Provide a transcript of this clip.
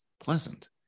pleasant